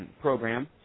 program